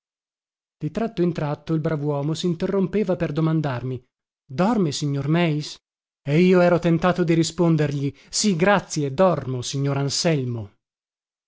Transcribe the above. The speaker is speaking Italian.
di tratto in tratto il bravuomo sinterrompeva per domandarmi dorme signor meis e io ero tentato di rispondergli sì grazie dormo signor anselmo